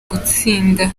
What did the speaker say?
gutsinda